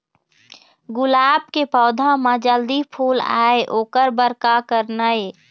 गुलाब के पौधा म जल्दी फूल आय ओकर बर का करना ये?